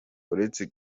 uretse